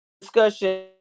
discussion